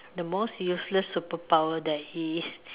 the most useless superpower that is